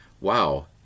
wow